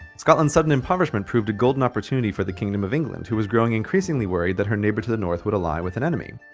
scotland's sudden impoverishment proved a golden opportunity for the kingdom of england who was growing increasingly worried that her neighbor to the north would ally with an enemy.